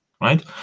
right